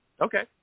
Okay